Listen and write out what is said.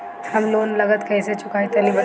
हम लोन नगद कइसे चूकाई तनि बताईं?